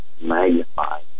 magnified